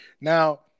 Now